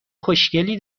خوشگلی